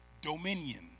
dominion